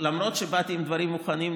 למרות שבאתי עם דברים מוכנים,